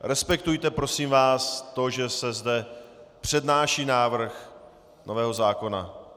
Respektujte, prosím vás, to, že se zde přednáší návrh nového zákona.